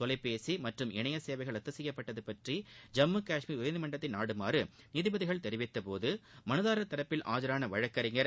தொலைபேசி மற்றம் இணைய சேவைகள் ரத்து செய்யப்பட்டது பற்றி ஜம்மு காஷ்மீர் உயர்நீதிமன்றத்தை நாடுமாறு நீதிபதிகள் தெரிவித்தபோது மனுதாரர் சார்பில் ஆஜரான வழக்கறிஞர்